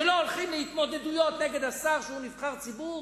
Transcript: לא הולכים להתמודדויות נגד השר שהוא נבחר ציבור?